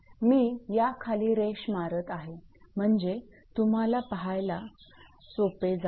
मी याखाली रेष मारत आहे म्हणजे तुम्हाला पहायला सोपे जाईल